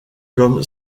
comme